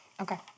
Okay